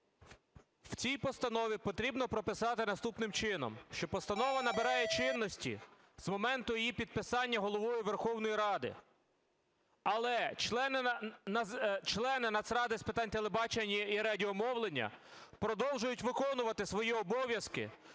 В цій постанові потрібно прописати наступним чином, що постанова набирає чинності з моменту її підписання Головою Верховної Ради. Але члени Нацради з питань телебачення і радіомовлення продовжують виконувати свої обов'язки